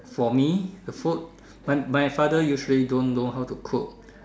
for me food my my father usually don't know how to cook